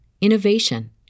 innovation